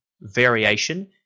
variation